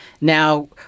Now